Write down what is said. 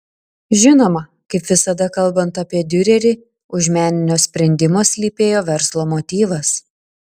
žinoma kaip visada kalbant apie diurerį už meninio sprendimo slypėjo verslo motyvas